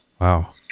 Wow